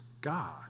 God